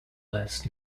less